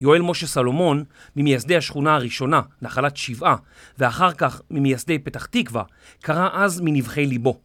יואל משה סלומון, ממייסדי השכונה הראשונה, נחלת שבעה, ואחר כך ממייסדי פתח תקווה, קרא אז מנבחי ליבו.